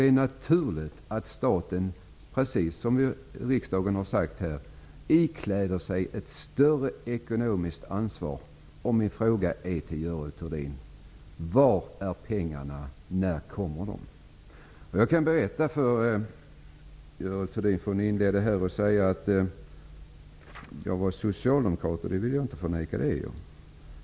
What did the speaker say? Det är naturligt att staten, precis som riksdagen har sagt, ikläder sig ett större ekonomiskt ansvar. Min fråga till Görel Thurdin är: Var är pengarna och när kommer de? Görel Thurdin inledde med att säga att jag är socialdemokrat. Det vill jag inte förneka. Det är jag.